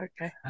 okay